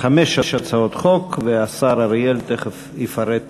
חמש הצעות חוק, והשר אריאל תכף יפרט